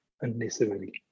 unnecessarily